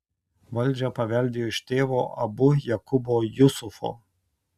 valdžią paveldėjo iš tėvo abu jakubo jusufo